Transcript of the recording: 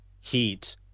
heat